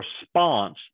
response